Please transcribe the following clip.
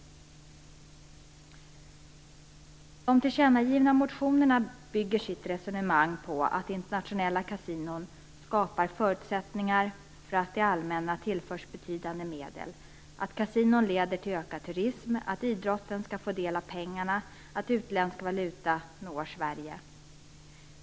De tillkännagivna motionerna bygger sitt resonemang på att internationella kasinon skapar förutsättningar för att det allmänna tillförs betydande medel, att kasinon leder till ökad turism, att idrotten skall få del av pengarna och att utländsk valuta når Sverige.